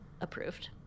approved